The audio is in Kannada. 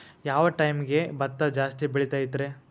ಯಾವ ಟೈಮ್ಗೆ ಭತ್ತ ಜಾಸ್ತಿ ಬೆಳಿತೈತ್ರೇ?